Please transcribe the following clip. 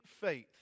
faith